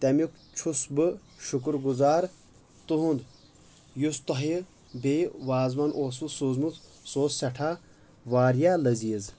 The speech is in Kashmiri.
تمیُک چھُس بہٕ شُکر گزار تہنٛد یُس تۄہہ بییٚہِ وازوان اوسوُ سوزمُت سُہ اوس سٮ۪ٹھاہ واریاہ لٔزیٖز